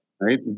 Right